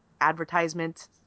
advertisement